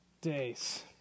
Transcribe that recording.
days